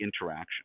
interaction